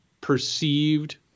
perceived